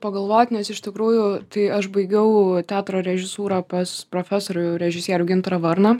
pagalvot nes iš tikrųjų tai aš baigiau teatro režisūrą pas profesorių režisierių gintarą varną